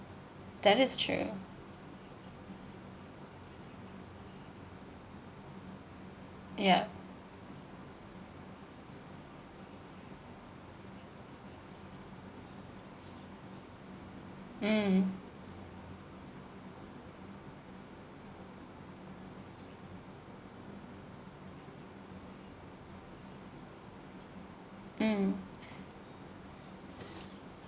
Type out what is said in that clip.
that is true ya mm mm